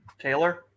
Taylor